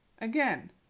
Again